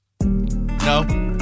No